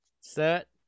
set